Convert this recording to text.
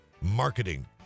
Marketing